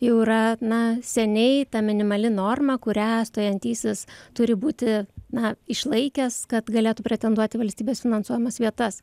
jau yra na seniai ta minimali norma kurią stojantysis turi būti na išlaikęs kad galėtų pretenduoti į valstybės finansuojamas vietas